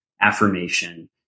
affirmation